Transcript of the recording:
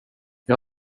jag